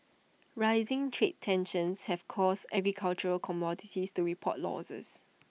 rising trade tensions have caused agricultural commodities to report losses